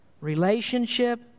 Relationship